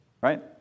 right